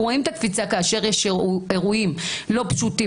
אנחנו רואים את הקפיצה כאשר יש אירועים לא פשוטים,